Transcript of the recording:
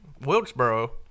Wilkesboro